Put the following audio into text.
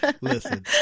Listen